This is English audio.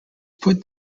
put